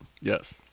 Yes